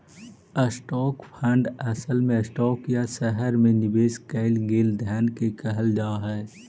stock fund असल में stock या शहर में निवेश कैल गेल धन के कहल जा हई